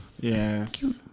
Yes